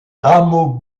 rameaux